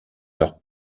leurs